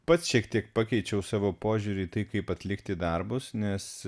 pats šiek tiek pakeičiau savo požiūrį į tai kaip atlikti darbus nes